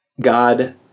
God